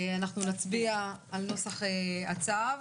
אנחנו נצביע על נוסח הצו.